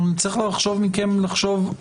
נצטרך לחשוב מה